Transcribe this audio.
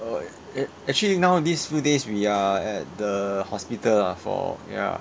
uh it actually now these few days we are at the hospital lah for ya